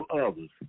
others